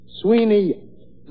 Sweeney